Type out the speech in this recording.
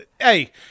hey